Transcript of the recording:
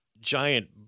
giant